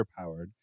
underpowered